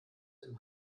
dem